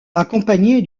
accompagné